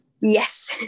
Yes